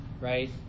right